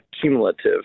cumulative